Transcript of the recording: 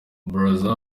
brazza